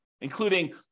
including